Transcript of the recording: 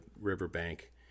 riverbank